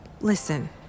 Listen